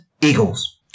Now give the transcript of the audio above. Eagles